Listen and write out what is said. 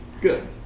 Good